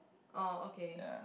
oh okay